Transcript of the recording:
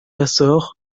açores